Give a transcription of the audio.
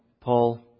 Paul